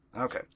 Okay